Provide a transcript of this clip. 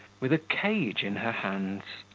with a cage in her hands.